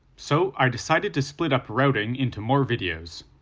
so, i decided to split up routing into more videos.